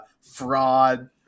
fraud